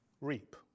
reap